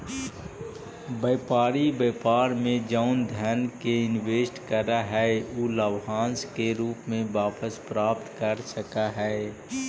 व्यापारी व्यापार में जउन धन के इनवेस्ट करऽ हई उ लाभांश के रूप में वापस प्राप्त कर सकऽ हई